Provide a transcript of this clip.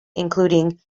including